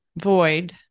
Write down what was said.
void